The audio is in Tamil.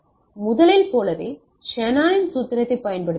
முதலில் போலவே ஷானனின் சூத்திரத்தைப் பயன்படுத்துகிறோம்